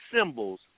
symbols